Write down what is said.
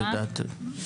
אנחנו נשמח.